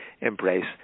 embrace